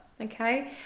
okay